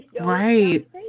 Right